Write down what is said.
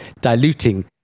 diluting